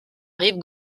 rive